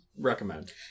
recommend